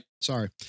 Sorry